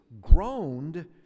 groaned